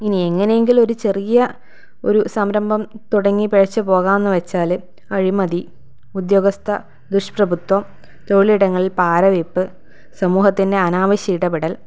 ഇനി എങ്ങനെയെങ്കിലും ഒരു ചെറിയ ഒരു സംരംഭം തുടങ്ങി പിഴച്ചു പോകാമെന്നുവെച്ചാൽ അഴിമതി ഉദ്യോഗസ്ഥ ദുഷ്പ്രബുദ്ധം തൊഴിലിടങ്ങളിൽ പാര വെയ്പ്പ് സമൂഹത്തിൻ്റെ അനാവശ്യ ഇടപെടൽ